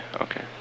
Okay